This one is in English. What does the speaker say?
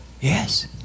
Yes